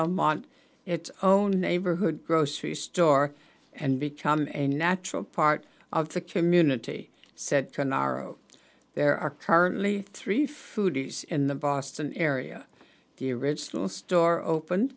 belmont its own neighborhood grocery store and become a natural part of the community said to nuoro there are currently three foodies in the boston area the original store open